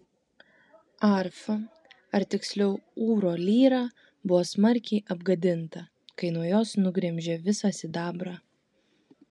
arfa ar tiksliau ūro lyra buvo smarkiai apgadinta kai nuo jos nugremžė visą sidabrą